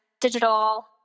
digital